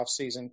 offseason